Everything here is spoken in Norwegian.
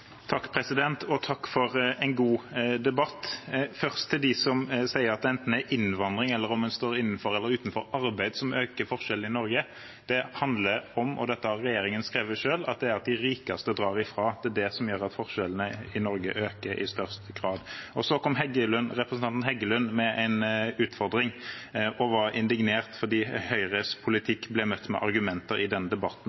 debatt. Først til dem som sier at det er enten innvandring eller om en står innenfor eller utenfor arbeidslivet, som øker forskjellene i Norge: Det handler om – og dette har regjeringen skrevet selv – at det er det at de rikeste drar ifra, som i størst grad gjør at forskjellene i Norge øker. Så kom representanten Heggelund med en utfordring og var indignert fordi Høyres